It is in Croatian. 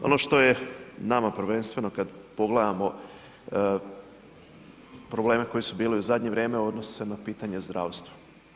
Ono što je nama prvenstveno kad pogledamo probleme koji su bili u zadnje vrijeme odnose se na pitanje zdravstva.